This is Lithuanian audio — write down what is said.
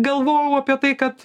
galvojau apie tai kad